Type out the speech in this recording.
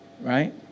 Right